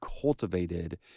cultivated